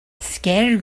scattered